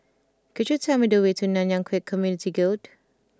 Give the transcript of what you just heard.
could you tell me the way to Nanyang Khek Community Guild